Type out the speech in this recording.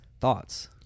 thoughts